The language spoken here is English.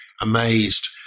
amazed